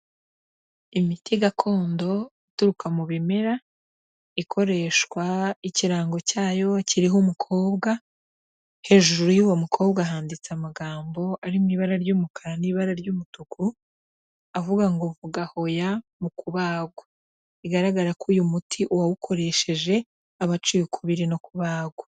Imiti gakondo ituruka mu bimere ikoreshwa, ikirango cyayo kiriho umukobwa, hejuru y'uwo mukobwa handitse amagambo ari mu ibara ry'umukara n'ibara ry'umutuku, avuga ngo vuga hoya mu kubagwa, bigaragara ko uyu muti uwawukoresheje aba aciye ukubiri no kubagwa.